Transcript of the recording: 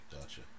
Gotcha